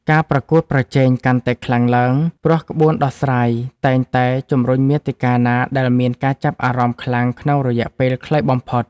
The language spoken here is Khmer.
ការប្រកួតប្រជែងកាន់តែខ្លាំងឡើង ព្រោះក្បួនដោះស្រាយតែងតែជំរុញមាតិកាណាដែលមានការចាប់អារម្មណ៍ខ្លាំងក្នុងរយៈពេលខ្លីបំផុត។